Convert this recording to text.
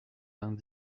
vingt